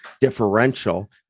differential